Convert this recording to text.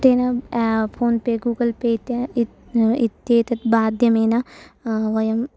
तेन PhonePe Google Pay इत्या इत् इत्येतत् माध्यमेन वयम्